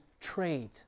trade